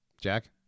Jack